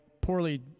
poorly